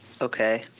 okay